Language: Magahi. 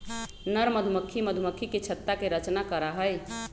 नर मधुमक्खी मधुमक्खी के छत्ता के रचना करा हई